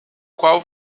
qual